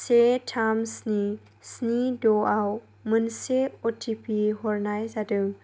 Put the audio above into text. से थाम स्नि स्नि द'आव मोनसे अ' टि पि हरनाय जादों